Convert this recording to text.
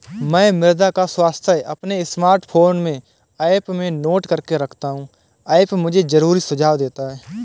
मैं मृदा का स्वास्थ्य अपने स्मार्टफोन में ऐप में नोट करके रखता हूं ऐप मुझे जरूरी सुझाव देता है